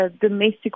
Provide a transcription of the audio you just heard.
domestic